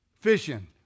fishing